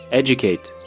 educate